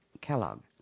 Kellogg